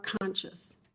conscious